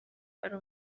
ari